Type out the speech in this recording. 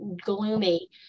gloomy